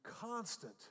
constant